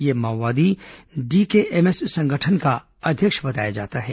यह माओवादी डीकेएमएस संगठन का अध्यक्ष बताया जाता है